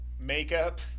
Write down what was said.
makeup